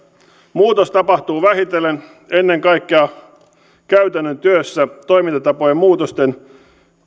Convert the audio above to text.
muutos tapahtuu vähitellen ennen kaikkea käytännön työssä toimintatapojen muutosten